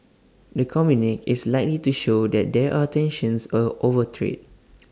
the communique is likely to show that there are tensions over trade